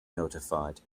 notified